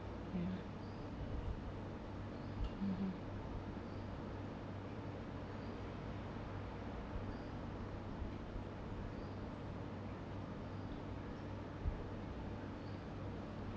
(uh huh)